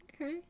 Okay